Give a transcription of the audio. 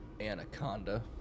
Anaconda